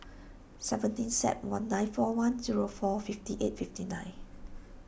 seventeen Sep one nine four one zero four fifty eight fifty nine